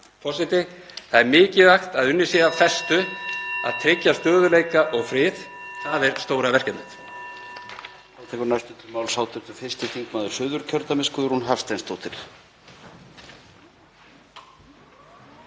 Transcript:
Það er mikilvægt að unnið sé af festu við að tryggja stöðugleika og frið. Það er stóra verkefnið.